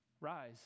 rise